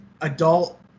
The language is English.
adult